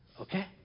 Okay